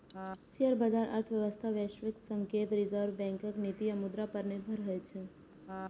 share बाजार अर्थव्यवस्था, वैश्विक संकेत, रिजर्व बैंकक नीति आ मुद्रा पर निर्भर होइ छै